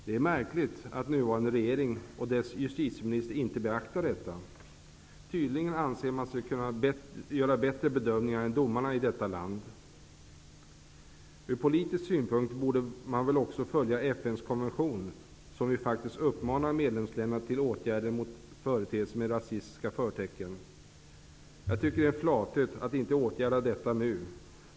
Det är märkligt att den nuvarande regeringen och dess justitieminister inte beaktar detta. Tydligen anser man sig kunna göra bättre bedömningar än domarna i detta land. Ur politisk synpunkt borde man väl också följa FN:s konvention, som ju faktiskt uppmanar medlemsländerna till åtgärder mot företeelser med rasistiska förtecken. Jag tycker att det är en flathet att inte åtgärda detta nu.